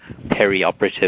perioperative